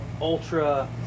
ultra